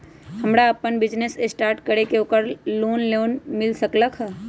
हमरा अपन business start करे के है ओकरा लेल लोन मिल सकलक ह?